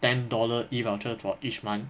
ten dollar E-voucher for each month